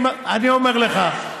אני אומר לך,